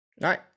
right